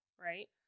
right